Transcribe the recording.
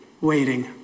waiting